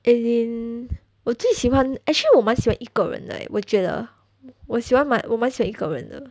as in 我最喜欢 actually 我蛮喜欢一个人的 leh 我觉得我喜欢我蛮喜欢一个人的